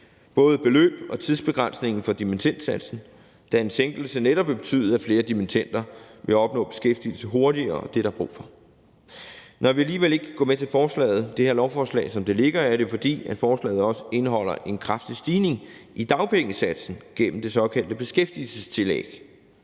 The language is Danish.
både beløbet og tidsbegrænsningen for dimittendsatsen, da en sænkelse netop vil betyde, at flere dimittender vil opnå beskæftigelse hurtigere, og det er der brug for. Når vi alligevel ikke kan gå med til det her lovforslag, som det ligger, er det, fordi forslaget også indeholder en kraftig stigning i dagpengesatsen gennem det såkaldte beskæftigelsestillæg